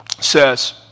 says